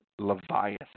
Leviathan